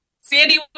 Sandy